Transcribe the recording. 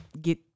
get